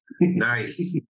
Nice